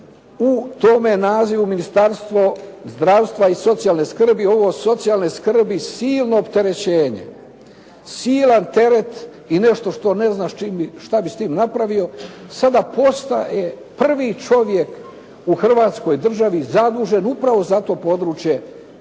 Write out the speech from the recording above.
u tome nazivu Ministarstvo zdravstva i socijalne skrbi ovo socijalne skrbi silno opterećenje, silan teret i nešto što ne zna što bi s tim napravio, sada postaje prvi čovjek u Hrvatskoj državi zadužen upravo za to područje kojega